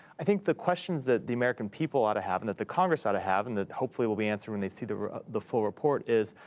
i think the questions that the american people ought to have and that the congress ought to have, and that hopefully will be answered when they see the the full report, is,